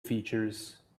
features